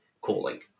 cooling